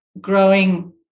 growing